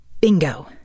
Bingo